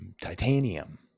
titanium